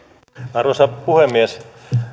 arvoisa puhemies